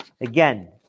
again